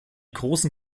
großen